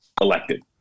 elected